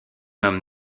homme